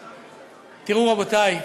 תראו, רבותיי,